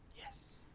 Yes